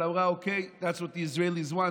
אבל אמרה: that's what the Israelis want,